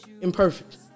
imperfect